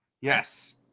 Yes